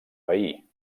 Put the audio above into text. veí